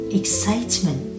excitement